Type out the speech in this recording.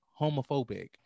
homophobic